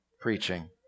preaching